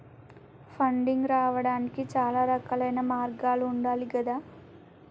funding రావడానికి చాలా రకాలైన మార్గాలు ఉండాలి గదా